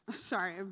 ah sorry, um